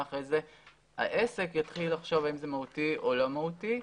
אחר כך העסק יתחיל לחשוב אם זה מהותי או לא מהותי.